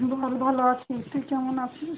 বল ভালো আছি তুই কেমন আছিস